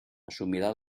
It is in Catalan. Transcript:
assumirà